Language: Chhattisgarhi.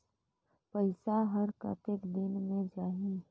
पइसा हर कतेक दिन मे जाही?